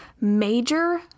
major